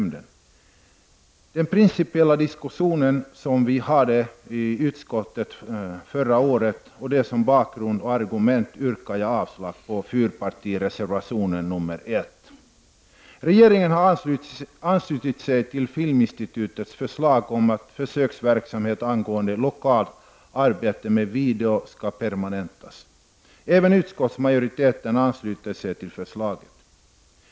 Med den principiella diskussionen som vi hade i utskottet förra året som bakgrund och som argument yrkar jag avslag på fyrpartireservationen nr 1. Regeringen har anslutit sig till Filminstitutets förslag om att försöksverksamhet angående lokalt arbete med video skall permanentas. Även utskottsmajoriteten ansluter sig till förslaget.